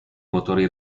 motori